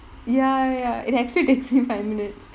ya ya ya it actually takes me five minutes